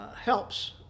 helps